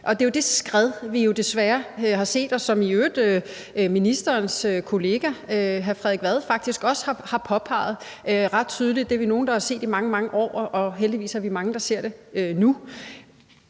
og det er det skred, vi desværre har set, og som ministerens kollega hr. Frederik Vad i øvrigt faktisk også har påpeget ret tydeligt. Det er vi nogle, der har set i mange, mange år, og heldigvis er vi mange, der ser det nu.